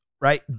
right